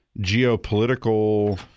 geopolitical